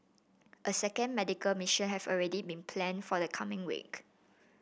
a second medical mission has already been planned for the coming week